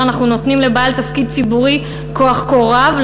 אנחנו נותנים לבעל תפקיד ציבורי כוח כה רב,